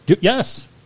Yes